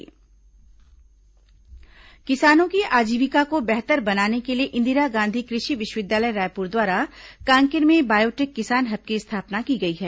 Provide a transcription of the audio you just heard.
biotech किसान hub किसानों की आजीविका को बेहतर बनाने के लिए इंदिरा गांधी कृषि विष्वविद्यालय रायपुर द्वारा कांकेर में बायोटेक किसान हब की स्थापना की गई है